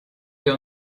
wir